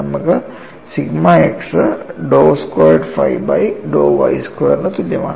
നമുക്ക് sigma x dow squared phi by dow y സ്ക്വയറിനു തുല്യമാണ്